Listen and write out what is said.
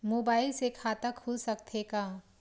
Mobile से खाता खुल सकथे का?